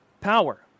power